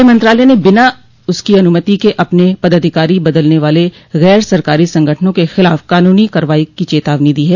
गृह मंत्रालय ने बिना उसकी अनुमति के अपने पदाधिकारी बदलने वाले गर सरकारी संगठनों के खिलाफ कानूनी कार्रवाई की चेतावनी दी है